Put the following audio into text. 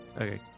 Okay